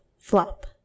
flop